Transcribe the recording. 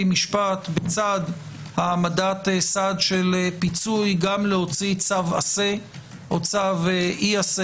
משפט בצד העמדת סעד של פיצוי גם להוציא צו עשה או צו מניעה,